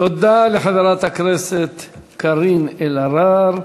תודה לחברת הכנסת קארין אלהרר.